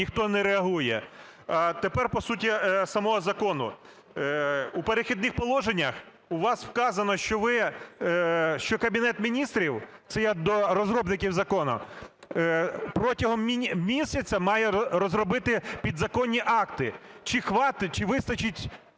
ніхто не реагує. Тепер по суті самого закону. У "Перехідних положеннях" у вас вказано, що ви… що Кабінет Міністрів, це я до розробників закону, протягом місяця має розробити підзаконні акти. Чи вистачить